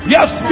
Yes